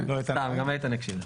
גם איתן הקשיב.